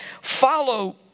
follow